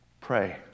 pray